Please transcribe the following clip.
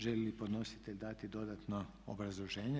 Želi li podnositelj dati dodatno obrazloženje?